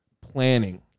planning